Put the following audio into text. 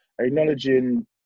acknowledging